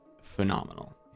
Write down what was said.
Phenomenal